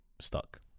stuck